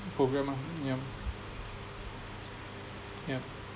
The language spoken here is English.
programmer yup yup